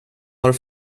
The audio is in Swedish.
har